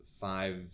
Five